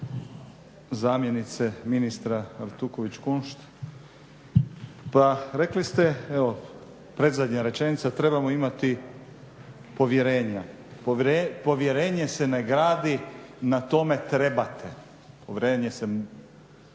zamjenice ministra Artuković-Kunšt, pa rekli ste, evo predzadnja rečenica, trebamo imati povjerenja. Povjerenje se ne gradi na tome, trebate. Povjerenje se na drugim